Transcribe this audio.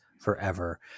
forever